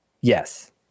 Yes